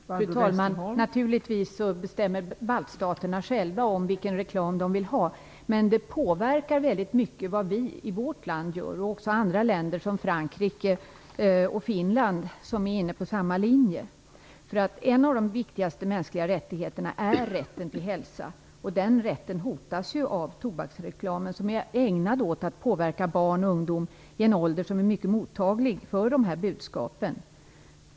Fru talman! Naturligtvis bestämmer baltstaterna själva vilken reklam de vill ha. Men vad vi i vårt land gör påverkar väldigt mycket. Det gäller också andra länder, t.ex. Frankrike och Finland, som är inne på samma linje. En av de viktigaste mänskliga rättigheterna är ju rätten till hälsa. Den rätten hotas av tobaksreklamen, som är ägnad att påverka barn och ungdom i den ålder då de är mycket mottagliga för sådana här budskap.